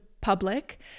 public